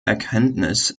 erkenntnis